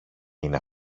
είναι